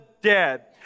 dead